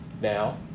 Now